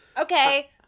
Okay